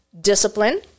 Discipline